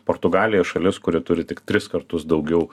portugalija šalis kuri turi tik tris kartus daugiau